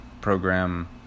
program